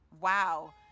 Wow